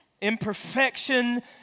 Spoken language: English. imperfection